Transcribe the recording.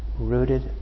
rooted